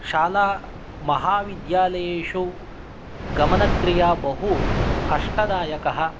शालामहाविद्यालयेषु गमनक्रिया बहुकष्टदायकः